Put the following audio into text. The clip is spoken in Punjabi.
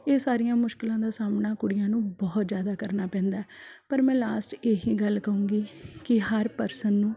ਇਹ ਸਾਰੀਆਂ ਮੁਸ਼ਕਿਲਾਂ ਦਾ ਸਾਹਮਣਾ ਕੁੜੀਆਂ ਨੂੰ ਬਹੁਤ ਜ਼ਿਆਦਾ ਕਰਨਾ ਪੈਂਦਾ ਪਰ ਮੈਂ ਲਾਸਟ ਇਹੀ ਗੱਲ ਕਹੂੰਗੀ ਕਿ ਹਰ ਪਰਸਨ ਨੂੰ